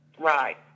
Right